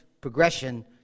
progression